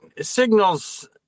signals